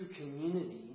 community